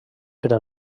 però